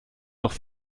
doch